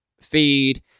feed